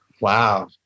Wow